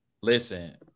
Listen